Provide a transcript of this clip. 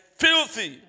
filthy